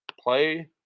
play